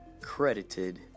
credited